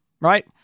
Right